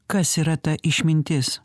kas yra ta išmintis